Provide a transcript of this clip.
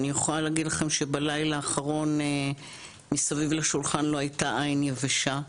אני יכולה להגיד לכם שבלילה האחרון מסביב לשולחן לא הייתה עין יבשה.